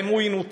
האם הוא ינוצל,